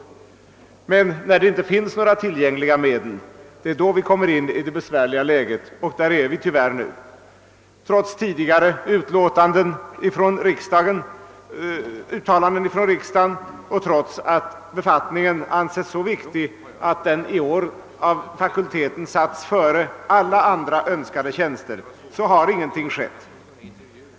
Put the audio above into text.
När det inte finns några tillgängliga medel kommer vi i det besvärliga läge där vi nu tyvärr befinner oss. Trots tidigare uttalanden av riksdagen, och trots att befattningen anses vara så viktig att fakulieten i år har satt den före alla andra önskade tjänster, har ingenting skett.